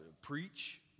preach